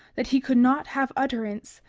that he could not have utterance,